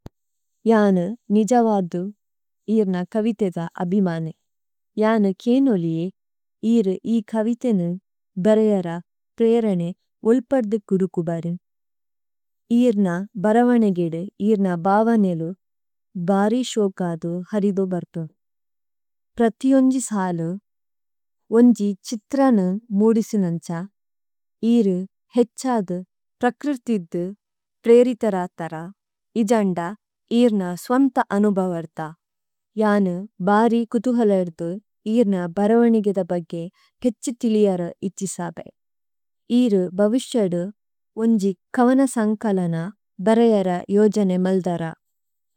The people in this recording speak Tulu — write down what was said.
യാനി നിജവാദ ഇരനാ കവിതഇദ അഭിമാനി। യാനി കിയനലി ഇരി ഇകാവിതഇന ബരിയരാ പരിയരനഇ ഉളപാഡദ കംഡികംബരനി। ഇരനാ ബരവനഗിദ ഇരനാ ബാവനിലദ ബാരി ശഊകാദി ഹരിദവരതി। പരതിയംജി സാലി ഉനജി ചിതരന മംഡിസി നംചാ। ഇരി ഹചാദ പരകരതിദ പരിരി തരാതാരാ। ഇജാണദ ഇഇരന സവമത അനംബവരതാ। യാനി ബാരി കംതഁഹള ഇരദ ഇയിരന ബരവാണിഗിദ പഗി ഹചി തിലിയര ഇചിസാഗി। ഇരദ ബാവിഷാദ ഉനജി കവനസാംകാലന ബരിയര യഓജനഇ മലദാരാ।